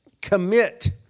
commit